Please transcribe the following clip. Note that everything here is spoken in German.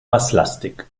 basslastig